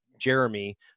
Jeremy